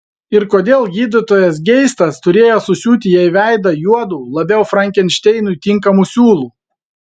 ir kodėl gydytojas geistas turėjo susiūti jai veidą juodu labiau frankenšteinui tinkamu siūlu